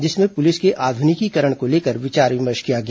जिसमें पुलिस के आध्रनिकीकरण को लेकर विचार विमर्श किया गया